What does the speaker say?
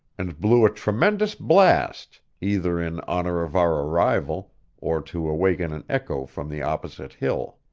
and blew a tremendous blast, either in honor of our arrival or to awaken an echo from the opposite hill.